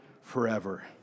forever